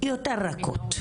יותר רכות.